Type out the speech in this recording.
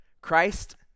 Christ